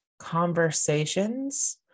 Conversations